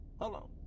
Hello